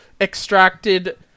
extracted